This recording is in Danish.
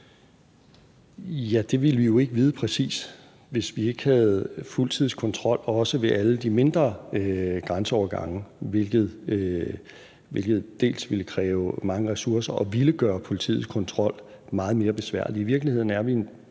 Ja, det ville vi jo ikke vide præcis, hvis vi ikke havde fuldtidskontrol, også ved alle de mindre grænseovergange, hvilket ville kræve mange ressourcer og gøre politiets kontrol meget mere besværlig.